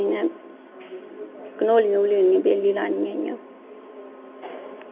दिनें कनोलियें दियां बेल्लां लानियां इ'यां